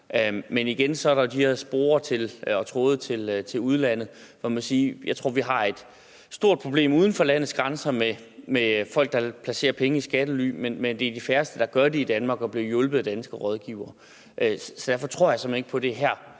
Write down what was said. Men igen er der de her spor og tråde til udlandet, og jeg må sige, at jeg tror, vi har et stort problem uden for landets grænser med folk, der placerer penge i skattely, men det er de færreste, der gør det i Danmark og bliver hjulpet af danske rådgivere. Derfor tror jeg simpelt hen ikke på, at vi